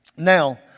Now